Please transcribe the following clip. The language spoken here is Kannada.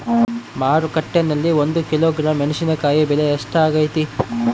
ಮಾರುಕಟ್ಟೆನಲ್ಲಿ ಒಂದು ಕಿಲೋಗ್ರಾಂ ಮೆಣಸಿನಕಾಯಿ ಬೆಲೆ ಎಷ್ಟಾಗೈತೆ?